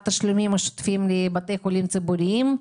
התשלומים השוטפים לבתי חולים ציבוריים.